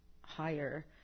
higher